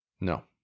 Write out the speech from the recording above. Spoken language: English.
no